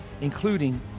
including